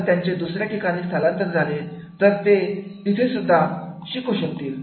जर त्यांचे दुसऱ्या ठिकाणी स्थलांतर झाले तर किती सुद्धा ते शिकू शकतील